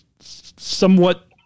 somewhat